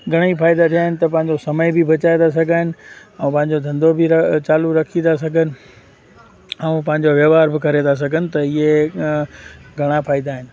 घणई फ़ाइदा थिया आहिनि त पंहिंजो कमाई बि बचाए था सघनि ऐं पंहिंजो धंधो बि र चालू रखी था सघनि ऐं पंहिंजो व्यव्हार बि करे था सघनि त इहे घणा फ़ाइदा आहिनि